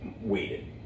waited